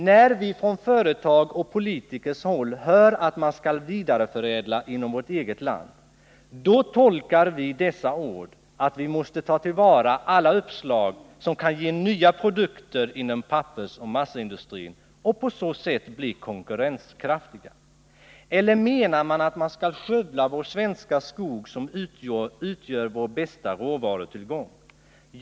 När vi från företag och politikers håll hör att man skall vidareförädla inom vårt eget land, då tolkar vi dessa ord så att vi måste tillvarata alla uppslag, som kan ge nya produkter inom pappersoch massaindustrin och på så sätt bli konkurrenskraftiga. Eller menar man att man skall skövla vår svenska skog som utgör vår bästa råvarutillgång?